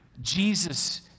Jesus